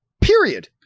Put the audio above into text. period